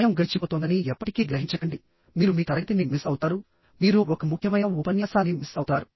సమయం గడిచిపోతోందని ఎప్పటికీ గ్రహించకండి మీరు మీ తరగతిని మిస్ అవుతారు మీరు ఒక ముఖ్యమైన ఉపన్యాసాన్ని మిస్ అవుతారు